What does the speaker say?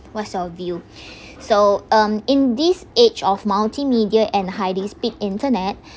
what's your view so um in this age of multimedia and highly speed internet